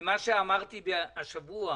ומה שאמרתי השבוע